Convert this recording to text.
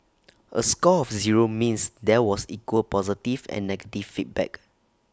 A score of zero means there was equal positive and negative feedback